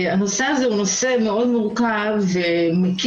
הנושא הזה הוא נושא מאוד מורכב ומקיף,